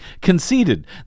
conceded